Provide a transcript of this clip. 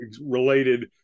related